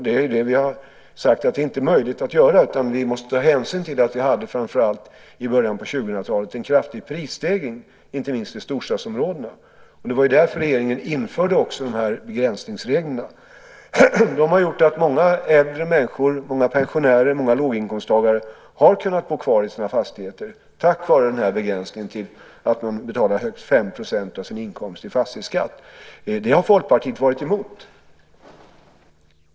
Det är det vi har sagt att det inte är möjligt att göra, utan vi måste ta hänsyn till att vi, framför allt i början av 2000-talet, hade en kraftig prisstegring, inte minst i storstadsområdena. Det var därför regeringen också införde de här begränsningsreglerna. Det har gjort att många äldre människor, många pensionärer, många låginkomsttagare, har kunnat bo kvar i sina fastigheter tack vare den här begränsningen att man betalar högst 5 % av sin inkomst i fastighetsskatt. Det har Folkpartiet varit emot.